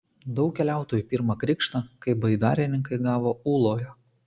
daug keliautojų pirmą krikštą kaip baidarininkai gavo ūloje